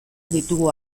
ditugu